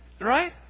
right